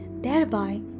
Thereby